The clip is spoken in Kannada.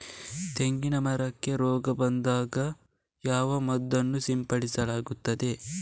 ತೆಂಗಿನ ಮರಕ್ಕೆ ರೋಗ ಬಂದಾಗ ಯಾವ ಮದ್ದನ್ನು ಸಿಂಪಡಿಸಲಾಗುತ್ತದೆ?